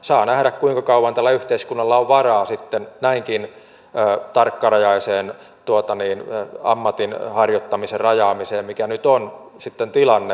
saa nähdä kuinka kauan tällä yhteiskunnalla on varaa näinkin tarkkarajaiseen ammatinharjoittamisen rajaamiseen mikä nyt on tilanne